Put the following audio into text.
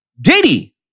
Diddy